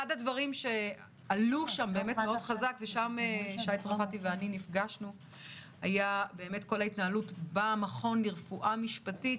אחד הדברים שעלו שם מאוד חזק היה ההתנהלות במכון לרפואה משפטית,